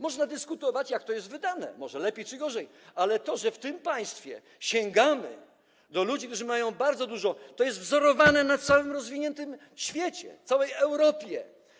Można dyskutować, jak to jest wydawane - lepiej czy gorzej, ale to, że w tym państwie sięgamy po pieniądze ludzi, którzy mają bardzo dużo, to jest wzorowanie się na całym rozwiniętym świecie, całej Europie.